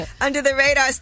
under-the-radar